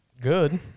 good